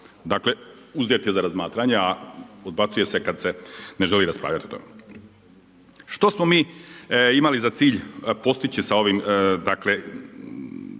Dakle, uzeti za razmatranje a odbacuje se kada se ne želi raspravljati o tome. Što smo mi imali za cilj postići sa ovim, dakle